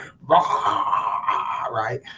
right